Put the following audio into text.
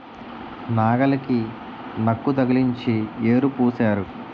నాగలికి నక్కు తగిలించి యేరు పూశారు